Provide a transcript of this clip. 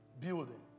Building